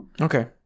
Okay